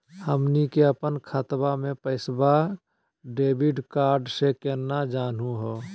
हमनी के अपन खतवा के पैसवा डेबिट कार्ड से केना जानहु हो?